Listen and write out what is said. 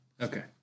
Okay